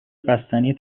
بستنی